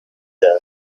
the